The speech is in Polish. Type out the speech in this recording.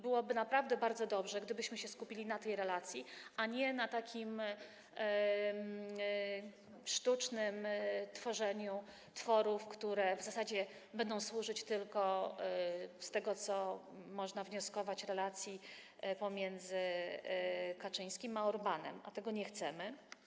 Byłoby naprawdę bardzo dobrze, gdybyśmy się skupili na tej relacji, a nie na sztucznym tworzeniu tworów, które w zasadzie będą służyć tylko - z tego, co można wnioskować - relacji pomiędzy Kaczyńskim a Orbánem, a tego nie chcemy.